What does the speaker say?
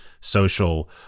social